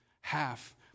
half